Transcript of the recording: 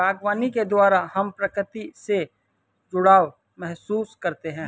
बागवानी के द्वारा हम प्रकृति से जुड़ाव महसूस करते हैं